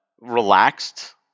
relaxed